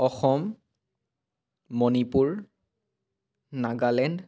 Assam Manipur Nagaland